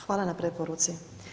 Hvala na preporuci.